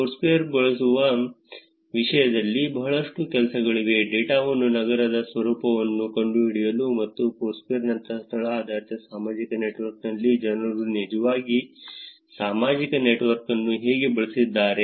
ಫೋರ್ಸ್ಕ್ವೇರ್ಬಳಸುವ ವಿಷಯದಲ್ಲಿ ಬಹಳಷ್ಟು ಕೆಲಸಗಳಿವೆ ಡೇಟಾವನ್ನು ನಗರದ ಸ್ವರೂಪವನ್ನು ಕಂಡುಹಿಡಿಯಲುಮತ್ತು ಫೋರ್ಸ್ಕ್ವೇರ್ನಂತಹ ಸ್ಥಳ ಆಧಾರಿತ ಸಾಮಾಜಿಕ ನೆಟ್ವರ್ಕ್ನಲ್ಲಿ ಜನರು ನಿಜವಾಗಿ ಸಾಮಾಜಿಕ ನೆಟ್ವರ್ಕ್ ಅನ್ನು ಹೇಗೆ ಬಳಸಿದ್ದಾರೆ